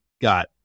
got